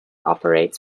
operates